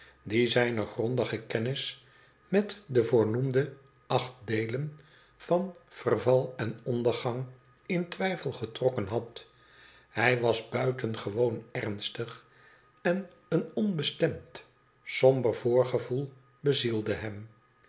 die zijne grondige kennis met de voornoemde acht deelen van verval en ondergang in twijfel getrokken had hij was buitengewoon ernstig en een onbestemd somber voorgevoel bezielde hem